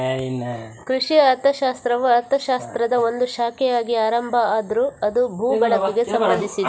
ಕೃಷಿ ಅರ್ಥಶಾಸ್ತ್ರವು ಅರ್ಥಶಾಸ್ತ್ರದ ಒಂದು ಶಾಖೆಯಾಗಿ ಆರಂಭ ಆದ್ರೂ ಅದು ಭೂ ಬಳಕೆಗೆ ಸಂಬಂಧಿಸಿದೆ